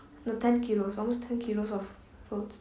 no ten kilos almost ten kilos of clothes